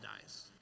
dies